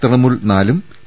തൃണമൂൽ നാലും ടി